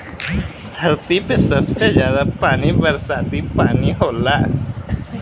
धरती पे सबसे जादा पानी बरसाती पानी होला